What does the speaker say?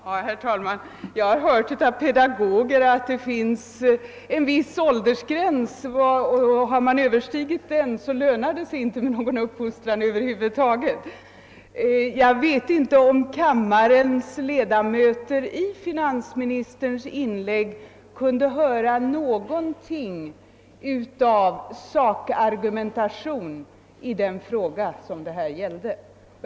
Herr talman! Jag har hört av pedagoger att om man överskridit en viss ålder det inte lönar sig med uppfostran över huvud taget. Jag vet inte om kammarens ledamöter i finansministerns inlägg kunde höra något enda ord av sakargumentation i den fråga det här gäller.